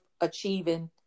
achieving